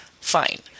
fine